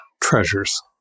Treasures